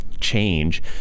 change